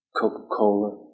Coca-Cola